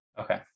Okay